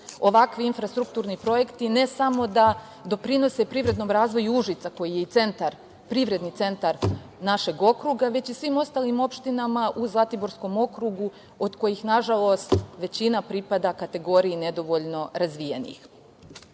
Ovakvi infrastrukturni projekti ne samo da doprinose privrednom razvoju Užica koji je i centar, privredni centar našeg okruga, već i svim ostalim opštinama u Zlatiborskom okrugu od kojih nažalost većina pripada kategoriji nedovoljno razvijenih. Takođe,